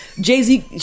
Jay-Z